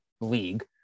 league